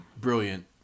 brilliant